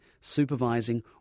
supervising